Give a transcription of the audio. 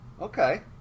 okay